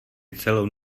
celou